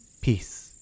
Peace